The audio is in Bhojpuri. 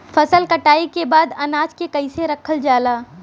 फसल कटाई के बाद अनाज के कईसे रखल जाला?